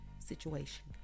situation